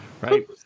right